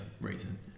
reason